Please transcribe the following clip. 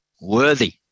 worthy